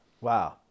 Wow